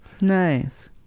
nice